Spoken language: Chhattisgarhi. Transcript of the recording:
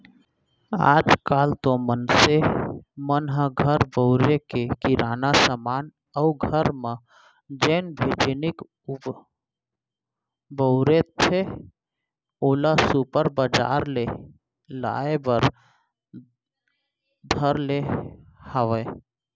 आज काल तो मनसे मन ह घर बउरे के किराना समान अउ घर म जेन भी जिनिस बउरथे ओला सुपर बजार ले लाय बर धर ले हावय